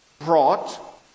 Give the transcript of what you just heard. brought